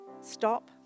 stop